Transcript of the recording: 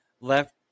left